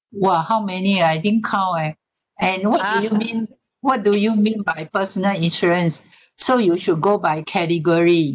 !wah! how many I didn't count eh and what do you mean what do you mean by personal insurance so you should go by category